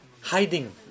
hiding